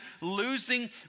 losing